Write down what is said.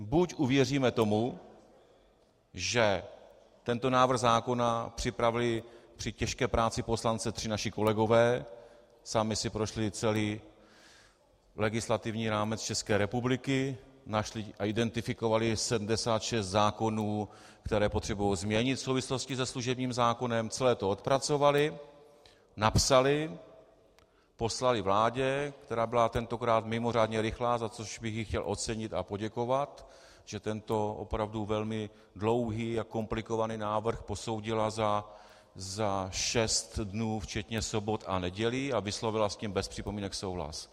Buď uvěříme tomu, že tento návrh zákona připravili při těžké práci poslance tři naši kolegové, sami si prošli celý legislativní rámec České republiky, identifikovali 76 zákonů, které potřebují změnit v souvislosti se služebním zákonem, celé to odpracovali, napsali, poslali vládě, která byla tentokrát mimořádně rychlá, za což bych ji chtěl ocenit a poděkovat, že tento opravdu dlouhý a komplikovaný návrh posoudila za šest dnů včetně sobot a nedělí a vyslovila s tím bez připomínek souhlas.